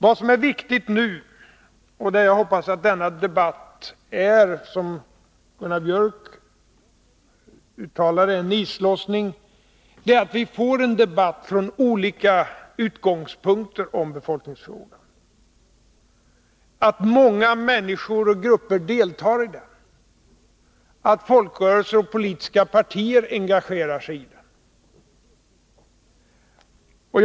Vad som är viktigt nu — och jag hoppas att debatten i dag, som Gunnar Biörck uttalade, blir en islossning — är att vi får en debatt från olika utgångspunkter om befolkningsfrågan. Det är viktigt att många människor och grupper deltar i den debatten, att folkrörelser och politiska partier engagerar sig i den.